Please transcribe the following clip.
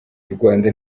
rwanda